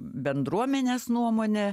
bendruomenės nuomone